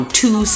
two